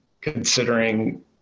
considering